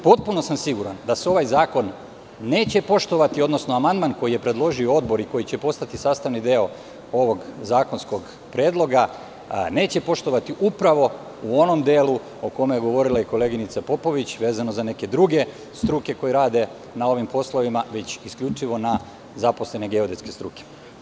Potpuno sam siguran da se ovaj zakon neće poštovati, odnosno amandman koji je predložio Odbor i koji će postati sastavni deo ovog zakonskog predloga, neće poštovati upravo u onom delu, o čemu je govorila i koleginica Popović, vezano za neke druge struke koje rade na ovim poslovima, već isključivo na zaposlene geodetske struke.